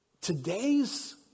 Today's